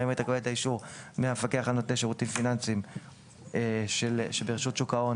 האם אתה מקבל את האישור מהמפקח על נותני שירותים פיננסיים שברשות ההון,